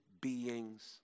being's